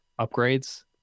upgrades